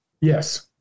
Yes